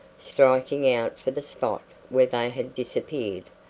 striking out for the spot where they had disappeared,